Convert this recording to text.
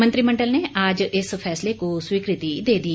मंत्रिमंडल ने आज इस फैसले को स्वीकृति दे दी